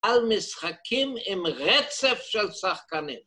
על משחקים עם רצף של שחקנים.